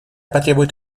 потребует